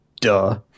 Duh